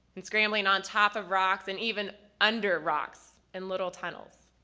and scrambling on top of rocks and even under rocks and little tunnels.